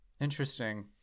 Interesting